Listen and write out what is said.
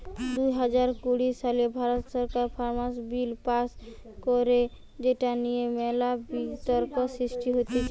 দুই হাজার কুড়ি সালে ভারত সরকার ফার্মার্স বিল পাস্ কইরে যেটা নিয়ে মেলা বিতর্ক সৃষ্টি হতিছে